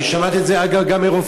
אני שמעתי את זה, אגב, גם מרופאים.